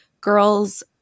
girls